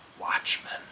watchmen